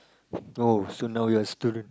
oh so now you are student